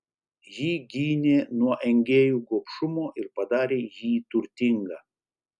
ji gynė nuo engėjų gobšumo ir padarė jį turtingą